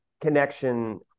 connection